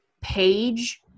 page